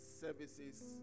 services